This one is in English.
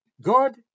God